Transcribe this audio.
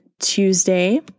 Tuesday